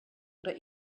oder